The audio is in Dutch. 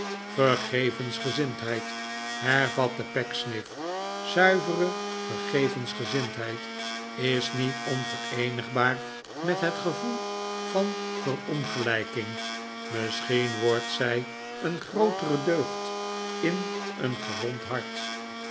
vergevensgezindheid hervatte pecksniff zuivere vergevensgezindheid is niet onvereenigbaar met het gevoel van verongelijking misschien wordt zij een grootere deugd in een gewond hart